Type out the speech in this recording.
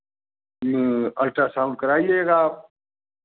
ultrasound कराइएगा आप